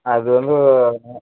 அது வந்து வரணும்